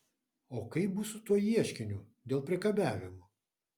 o kaip bus su tuo ieškiniu dėl priekabiavimo